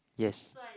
yes